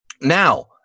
Now